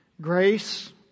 Grace